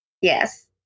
Yes